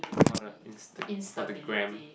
for the insta for the gra,